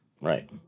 Right